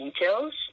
details